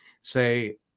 say